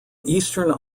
eastern